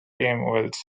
wells